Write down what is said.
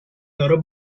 loro